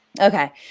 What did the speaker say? Okay